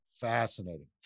Fascinating